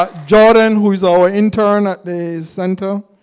ah jordan, who is our intern at the center,